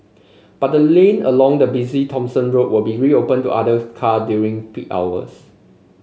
but the lane along the busy Thomson Road will be reopened to other car during peak hours